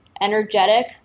energetic